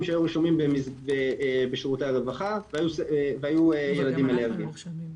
שהיו רשומים בשירותי הרווחה והיו ילדים אלרגיים.